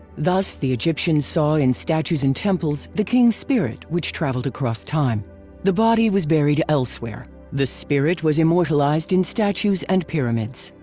thus, the egyptians saw in statues and temples, the kings' spirit which traveled across time the body was buried elsewhere, the spirit was immortalized in statues and pyramids.